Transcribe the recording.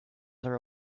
are